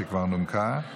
שכבר נומקה.